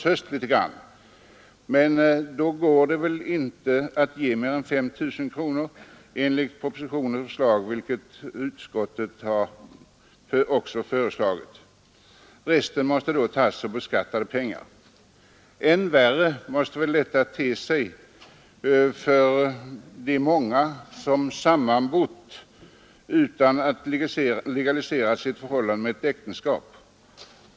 Men enligt propositionen får man då inte ge mera än 5 000 kronor per år med avdragsrätt. Resten måste tagas av beskattade pengar. Än värre kan det te sig för dem som sammanbott under många år utan att ha legaliserat sitt förhållande med äktenskap.